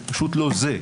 זה פשוט לא זה.